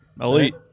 Elite